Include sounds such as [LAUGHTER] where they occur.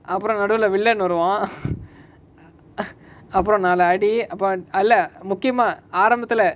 அப்ரோ நடுவுல வில்லன் வருவா:apro naduvula villan varuva [NOISE] uh ah அப்ரோ நாலு அடி அப்ரோ:apro naalu adi apro and இல்ல முக்கியமா ஆரம்பத்துல:illa mukkiyama aarambathula